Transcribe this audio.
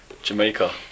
Jamaica